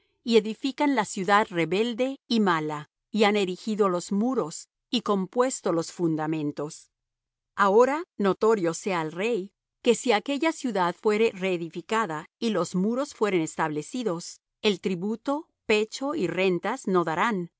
y edifican la ciudad rebelde y mala y han erigido los muros y compuesto los fundamentos ahora notorio sea al rey que si aquella ciudad fuere reedificada y los muros fueren establecidos el tributo pecho y rentas no darán